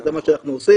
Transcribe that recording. וזה מה שאנחנו עושים,